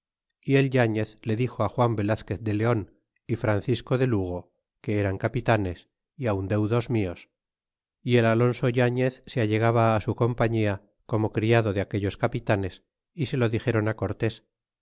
y el yafiez le dixo juan velazquez de leon y francisco de lugo que eran capitanes y aun deudos mios el alonso yailez se allegaba su compañia como criado de aquellos capitanes y se lo dixéron cortés